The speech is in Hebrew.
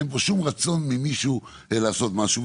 אין פה שום רצון של מישהו לעשות משהו.